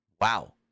wow